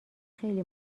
خیلی